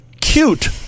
cute